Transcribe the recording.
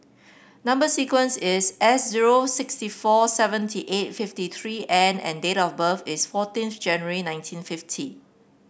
number sequence is S zero sixty four seventy eight fifty three N and date of birth is fourteenth January nineteen fifty